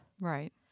Right